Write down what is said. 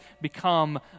become